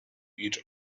each